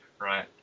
right